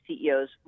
CEOs